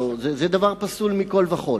זה דבר פסול מכול וכול.